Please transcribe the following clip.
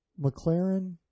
McLaren